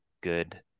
good